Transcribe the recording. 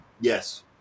yes